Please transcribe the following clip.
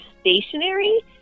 stationary